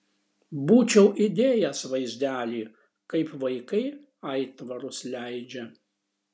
būčiau įdėjęs vaizdelį kaip vaikai aitvarus leidžia